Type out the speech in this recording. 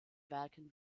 werken